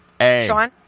Sean